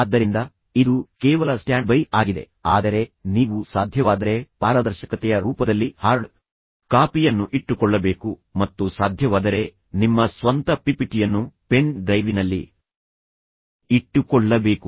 ಆದ್ದರಿಂದ ಇದು ಕೇವಲ ಸ್ಟ್ಯಾಂಡ್ಬೈ ಆಗಿದೆ ಆದರೆ ನೀವು ಸಾಧ್ಯವಾದರೆ ಪಾರದರ್ಶಕತೆಯ ರೂಪದಲ್ಲಿ ಹಾರ್ಡ್ ಕಾಪಿಯನ್ನು ಇಟ್ಟುಕೊಳ್ಳಬೇಕು ಮತ್ತು ಸಾಧ್ಯವಾದರೆ ನಿಮ್ಮ ಸ್ವಂತ ಪಿಪಿಟಿಯನ್ನು ಪೆನ್ ಡ್ರೈವಿನಲ್ಲಿ ಇಟ್ಟುಕೊಳ್ಳಬೇಕು